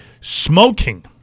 Smoking